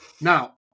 Now